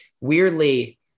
weirdly